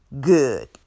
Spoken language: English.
good